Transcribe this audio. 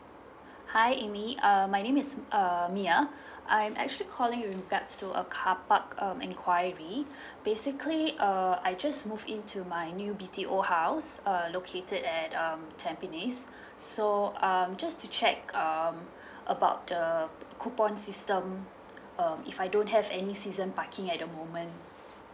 hi amy uh my name is uh mya I'm actually calling with regards to a carpark um enquiry basically uh I just move in to my new B_T_O house uh located at um tampines so um just to check um about the coupon system um if I don't have any season parking at the moment